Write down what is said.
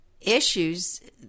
issues